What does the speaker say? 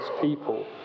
people